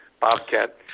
Bobcat